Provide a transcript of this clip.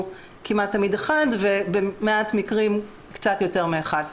כמעט תמיד אחד ובמעט מקרים קצת יותר מאחד.